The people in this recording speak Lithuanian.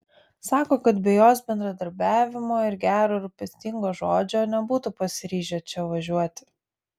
sako kad be jos bendradarbiavimo ir gero rūpestingo žodžio nebūtų pasiryžę čia važiuoti